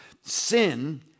sin